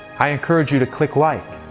i encourage you to click like,